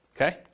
okay